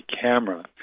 camera